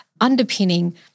underpinning